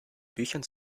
büchern